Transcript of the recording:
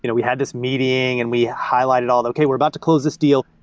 you know we had this meeting and we highlighted all, okay. we're about to close this deal.